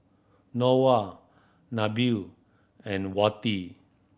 Noah Nabil and Wati